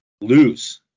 lose